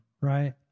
right